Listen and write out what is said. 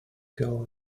goal